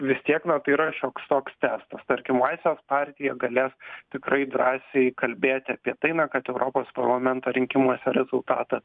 vis tiek na tai yra šioks toks testas tarkim laisvės partija galės tikrai drąsiai kalbėti apie tai na kad europos parlamento rinkimuose rezultatas